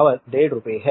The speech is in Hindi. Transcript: ऑवर 15 रुपये है